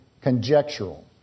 conjectural